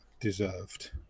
deserved